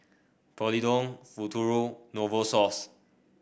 Polident Futuro Novosource